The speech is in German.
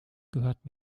gehört